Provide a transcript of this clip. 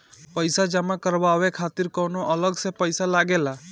पईसा जमा करवाये खातिर कौनो अलग से पईसा लगेला?